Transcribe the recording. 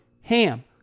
HAM